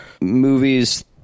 movies